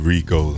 Rico